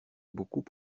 beaucoup